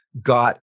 got